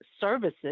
services